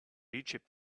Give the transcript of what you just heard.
egypt